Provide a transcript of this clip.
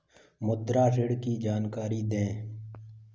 मुद्रा ऋण की जानकारी दें?